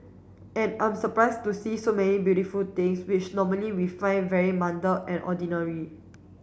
and I'm surprised to see so many beautiful things which normally we find very mundane and ordinary